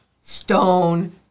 stone